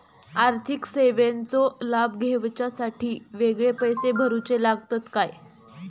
आर्थिक सेवेंचो लाभ घेवच्यासाठी वेगळे पैसे भरुचे लागतत काय?